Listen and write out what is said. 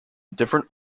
different